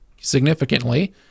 significantly